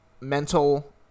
mental